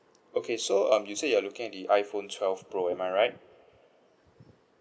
okay so um you said you are looking at the iPhone twelve pro am I right